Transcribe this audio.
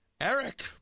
Eric